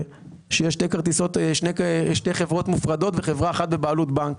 כאשר יש שתי חברות מופרדות וחברה אחת בבעלות בנק.